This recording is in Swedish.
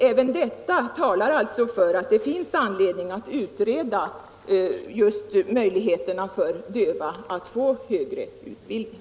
Även detta talar för att det alltså finns anledning att utreda möjligheterna just för de döva att få högre utbildning.